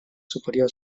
superior